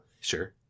Sure